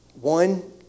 One